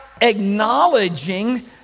acknowledging